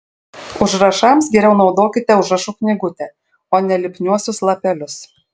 užrašams geriau naudokite užrašų knygutę o ne lipniuosius lapelius